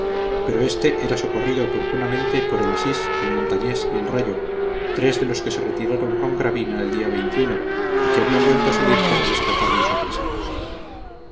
pero éste era socorrido oportunamente por el asís el montañés y el rayo tres de los que se retiraron con gravina el día y que habían vuelto a salir para rescatar a los apresados